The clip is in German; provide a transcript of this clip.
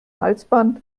halsband